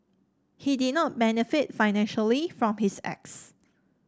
he did not benefit financially from his acts